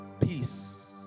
Peace